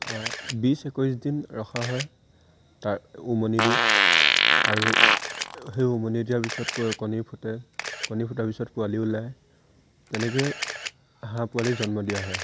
বিছ একৈছ দিন ৰখা হয় তাৰ উমনি দি আৰু সেই উমনি দিয়াৰ পিছত গৈ কণী ফুটে কণী ফুটাৰ পিছত পোৱালি ওলাই তেনেকৈ হাঁহ পোৱালি জন্ম দিয়া হয়